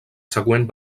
següent